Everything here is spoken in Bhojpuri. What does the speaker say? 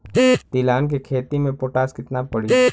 तिलहन के खेती मे पोटास कितना पड़ी?